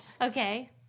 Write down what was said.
Okay